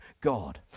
God